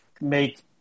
make